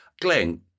Glenn